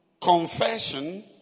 confession